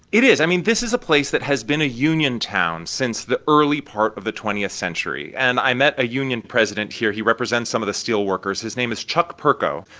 it is. i mean, this is a place that has been a union town since the early part of the twentieth century. and i met a union president here. he represents some of the steelworkers. his name is chuck perko.